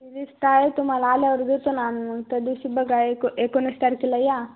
list आहे तुम्हाला आल्यावर देतो ना आणून मग त्या दिवशी बघा एक एकोणीस तारखेला या